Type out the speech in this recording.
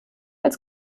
als